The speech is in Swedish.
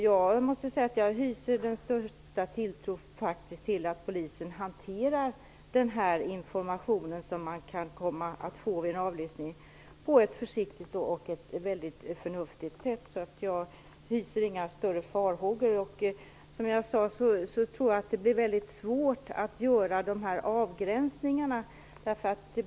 Jag hyser faktiskt den största tilltro till att polisen hanterar den information som man kan komma att få vid en avlyssning på ett försiktigt och väldigt förnuftigt sätt. Jag hyser inga större farhågor. Som jag sade tror jag att det blir väldigt svårt att göra avgränsningar.